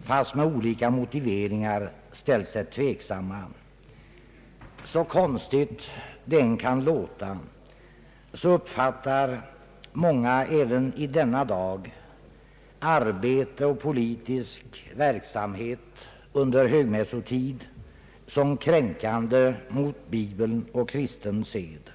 fastän med olika motiveringar, ställt sig tveksamma. Hur konstigt det än kan låta uppfattar många ännu i dag arbete och politisk verksamhet under högmässotid som kränkande mot bibeln och kristen sed.